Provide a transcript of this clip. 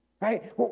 Right